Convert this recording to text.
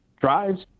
drives